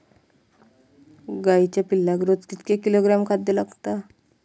गाईच्या पिल्लाक रोज कितके किलोग्रॅम खाद्य लागता?